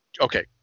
okay